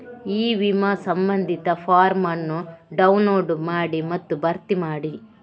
E ವಿಮಾ ಸಂಬಂಧಿತ form ಅನ್ನು ಡೌನ್ಲೋಡ್ ಮಾಡಿ ಮತ್ತು ಭರ್ತಿ ಮಾಡಿ